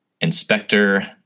inspector